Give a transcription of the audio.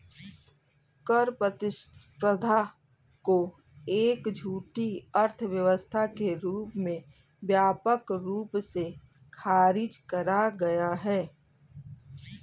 कर प्रतिस्पर्धा को एक झूठी अर्थव्यवस्था के रूप में व्यापक रूप से खारिज करा गया है